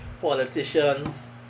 politicians